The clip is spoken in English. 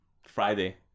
Friday